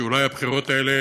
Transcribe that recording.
שאולי הבחירות האלה